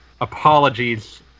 Apologies